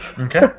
Okay